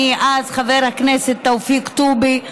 מאז חבר הכנסת תופיק טובי,